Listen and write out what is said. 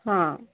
ହଁ